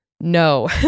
no